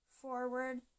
forward